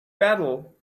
battle